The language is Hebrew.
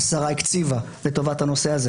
השרה הקציבה לטובת הנושא הזה,